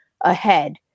ahead